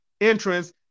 entrance